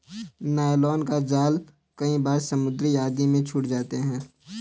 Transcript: nylon का जाल कई बार समुद्र आदि में छूट जाते हैं